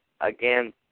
again